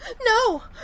No